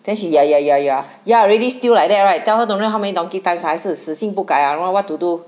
then she ya ya ya ya ya already still like that right tell her don't know how many donkey times !huh! 还是死心不改啊 don't know what to do